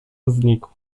znikł